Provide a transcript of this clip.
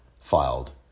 filed